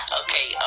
okay